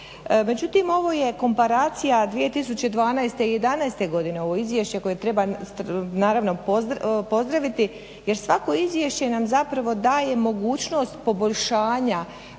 Međutim, ovo je komparacija 2012. i 2011. godine, ovo izvješće koje treba naravno pozdraviti jer svako izvješće nam zapravo daje mogućnost poboljšanja